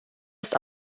ist